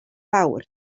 fawr